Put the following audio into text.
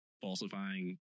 falsifying